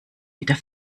wieder